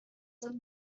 سال